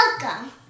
welcome